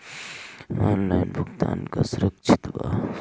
Online भुगतान का सुरक्षित बा?